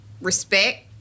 respect